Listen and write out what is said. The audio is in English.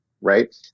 right